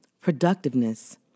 productiveness